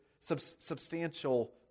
substantial